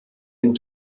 den